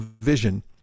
vision